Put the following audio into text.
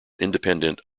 independent